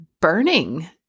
burning